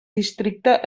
districte